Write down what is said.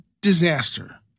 disaster